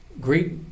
great